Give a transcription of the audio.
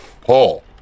Paul